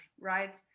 right